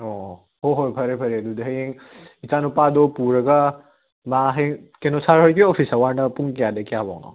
ꯑꯣ ꯍꯣ ꯍꯣꯏ ꯐꯔꯦ ꯐꯔꯦ ꯑꯗꯨꯗꯤ ꯍꯌꯦꯡ ꯏꯆꯥꯅꯨꯄꯥꯗꯣ ꯄꯨꯔꯒ ꯃꯥ ꯍꯌꯦꯡ ꯀꯩꯅꯣ ꯁꯥꯔ ꯍꯣꯏꯒꯤ ꯑꯣꯐꯤꯁ ꯑꯋꯥꯔꯅ ꯄꯨꯡ ꯀꯌꯥꯗꯩ ꯀꯌꯥꯐꯧꯅꯣ